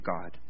God